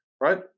right